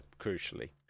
crucially